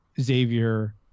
Xavier